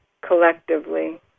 collectively